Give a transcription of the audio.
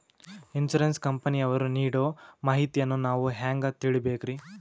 Insurance ಕಂಪನಿಯವರು ನೀಡೋ ಮಾಹಿತಿಯನ್ನು ನಾವು ಹೆಂಗಾ ತಿಳಿಬೇಕ್ರಿ?